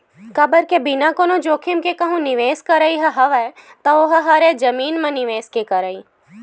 काबर के बिना कोनो जोखिम के कहूँ निवेस करई ह हवय ता ओहा हरे जमीन म निवेस के करई